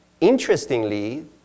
Interestingly